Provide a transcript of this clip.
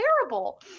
terrible